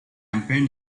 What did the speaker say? campaign